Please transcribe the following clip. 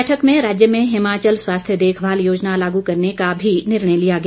बैठक में राज्य में हिमाचल स्वास्थ्य देखभाल योजना लागू करने का भी निर्णय लिया गया